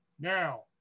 now